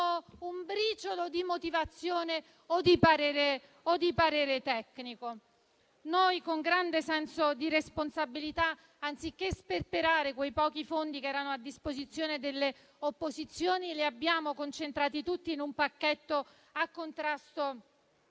un briciolo di motivazione o di parere tecnico. Noi, con grande senso di responsabilità, anziché sperperare quei pochi fondi che erano a disposizione delle opposizioni, li abbiamo concentrati tutti in un pacchetto per il contrasto